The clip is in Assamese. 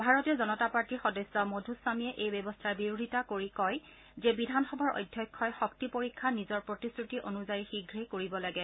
ভাৰতীয় জনতা পাৰ্টিৰ সদস্য মধুস্বামীয়ে এই ব্যৱস্থাৰ বিৰোধিতা কৰি কয় যে বিধানসভাৰ অধ্যক্ষই শক্তি পৰীক্ষা নিজৰ প্ৰতিশ্ৰুতি অনুযায়ী শীঘ্ৰেই কৰিব লাগে